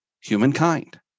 humankind